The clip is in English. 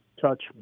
touch